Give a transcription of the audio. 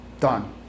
Done